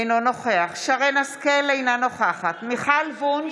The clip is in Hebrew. אינו נוכח שרן מרים השכל, אינה נוכחת מיכל וונש,